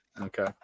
Okay